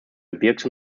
gebirgs